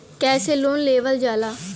कैसे लोन लेवल जाला?